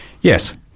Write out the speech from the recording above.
Yes